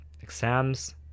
exams